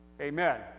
Amen